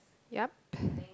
yup